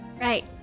Right